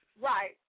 Right